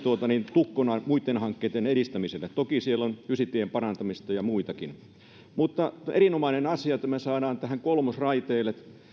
tukkona muitten hankkeitten edistämiselle toki siellä on ysitien parantamista ja muitakin on erinomainen asia että me saamme kolmosraiteen